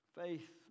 Faith